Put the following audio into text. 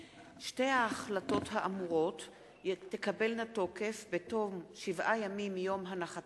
וכן החלטת ועדת הכספים לגבי צו תעריף המכס